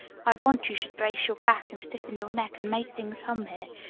i want you should brace your back, and stiffen your neck, and make things hum here.